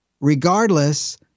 Regardless